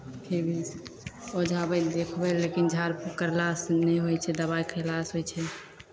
फिर भी ओझा वैद्य देखबय लए लेकिन झाड़फूख करलासँ नहि होइ छै दबाइ खयलासँ होइ छै